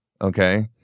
okay